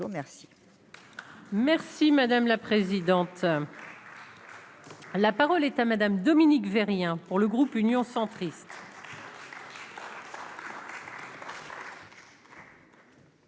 Merci madame la présidente. La parole est à Madame Dominique veut rien pour le groupe Union centriste.